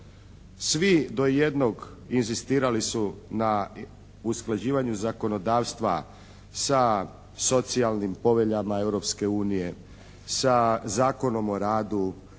Svi do jednog inzistirali su na usklađivanju zakonodavstva sa socijalnim poveljama Europske unije, sa Zakonom o radu,